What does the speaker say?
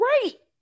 great